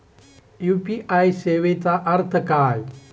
UPI सेवेचा अर्थ काय?